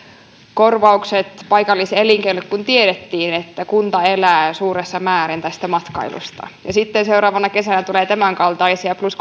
korvaukset paikalliselinkeinolle kun tiedettiin että kunta elää suuressa määrin tästä matkailusta ja sitten seuraavana kesänä tulee tämänkaltaisia plus